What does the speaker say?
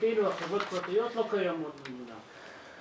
כאילו החברות הפרטיות לא קיימות במדינה.